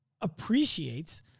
appreciates